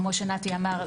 כמו שנתי אמר,